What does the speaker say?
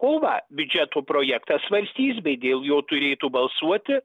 kovą biudžeto projektą svarstys bei dėl jo turėtų balsuoti